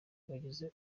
bagize